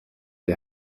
the